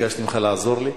ביקשתי ממך לעזור לי?